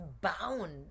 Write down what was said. bound